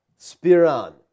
spiran